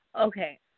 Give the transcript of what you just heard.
okay